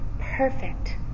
perfect